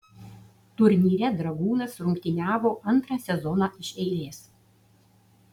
turnyre dragūnas rungtyniavo antrą sezoną iš eilės